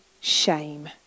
shame